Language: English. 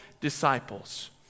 disciples